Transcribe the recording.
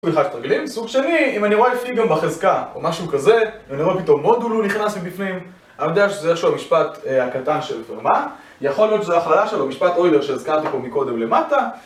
סוג שני, אם אני רואה פי גם בחזקה, או משהו כזה, ואני רואה פתאום מודולו נכנס לי בפנים, אני שזה איך שהוא המשפט הקטן של פרמה, יכול להיות שזו ההכללה שלו, משפט אוילר שהזכרתי פה מקודם למטה.